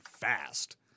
fast